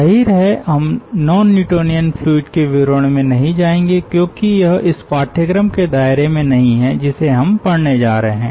जाहिर है हम नॉन न्यूटोनियन फ्लूइड के विवरण में नहीं जाएंगे क्योंकि यह इस पाठ्यक्रम के दायरे में नहीं है जिसे हम पढ़ने जा रहे हैं